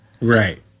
Right